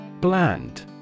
Bland